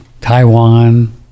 Taiwan